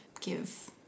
give